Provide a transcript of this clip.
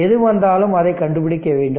எது வந்தாலும் அதைக் கண்டுபிடிக்க வேண்டும்